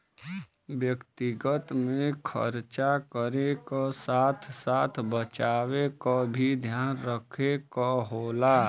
व्यक्तिगत में खरचा करे क साथ साथ बचावे क भी ध्यान रखे क होला